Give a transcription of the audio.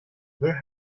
where